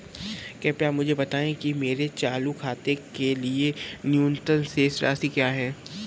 कृपया मुझे बताएं कि मेरे चालू खाते के लिए न्यूनतम शेष राशि क्या है?